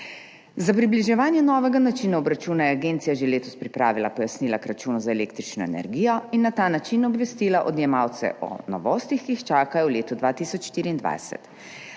Za približevanje novega načina obračuna je agencija že letos pripravila pojasnila k računu za električno energijo in na ta način obvestila odjemalce o novostih, ki jih čakajo v letu 2024.